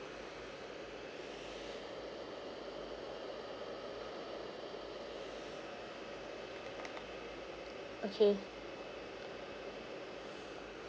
okay